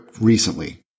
recently